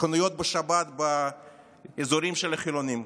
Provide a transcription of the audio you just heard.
בשבת באזורים של חילונים,